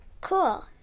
Cool